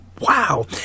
Wow